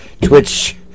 Twitch